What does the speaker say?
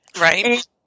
Right